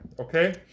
Okay